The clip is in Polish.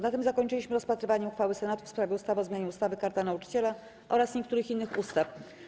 Na tym zakończyliśmy rozpatrywanie uchwały Senatu w sprawie ustawy o zmianie ustawy - Karta Nauczyciela oraz niektórych innych ustaw.